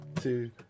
two